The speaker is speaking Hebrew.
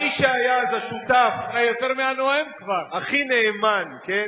מי שהיה אז השותף הכי נאמן, כן,